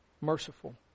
merciful